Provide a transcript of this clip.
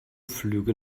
flüge